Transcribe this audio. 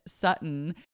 sutton